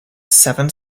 seven